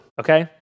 Okay